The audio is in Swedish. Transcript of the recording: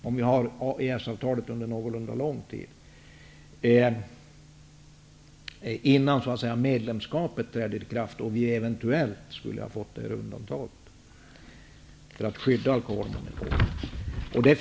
EES-avtalet kommer då att gälla under längre tid innan medlemskapet träder i kraft och vi eventuellt får ett undantag för att skydda alkoholmonopolet.